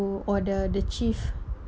to order the chief